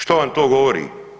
Što vam to govori?